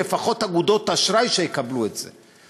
לפחות אגודות אשראי שיקבלו את זה.